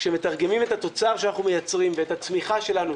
כשמתרגמים את התוצר שאנחנו מייצרים ואת הצמיחה שלנו,